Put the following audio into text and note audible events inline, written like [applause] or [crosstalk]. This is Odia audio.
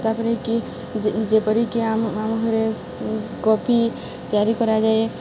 ତା'ପରେ କି ଯେ ଯେପରିକି ଆମ [unintelligible] କଫି ତିଆରି କରାଯାଏ